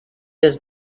his